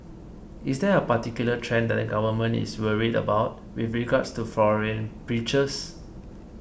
is there a particular trend that the Government is worried about with regards to foreign preachers